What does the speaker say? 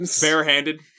barehanded